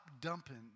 dumping